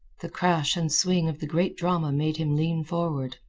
the crash and swing of the great drama made him lean forward,